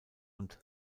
und